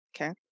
Okay